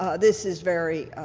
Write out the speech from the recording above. ah this is very